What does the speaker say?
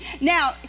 Now